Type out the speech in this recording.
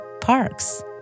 parks